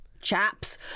chaps